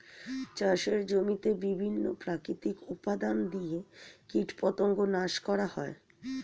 চাষের জমিতে বিভিন্ন প্রাকৃতিক উপাদান দিয়ে কীটপতঙ্গ নাশ করা হয়